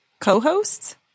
Co-hosts